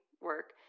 work